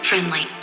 Friendly